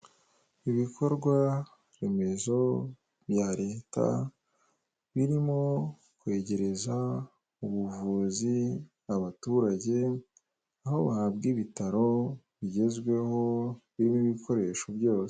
Icyapa gishyirwa ku muhanda kiburira abawugendamo ko aho bagiye kugera hari umuhanda unyurwamo ubazengurutse.